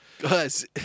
Guys